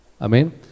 Amen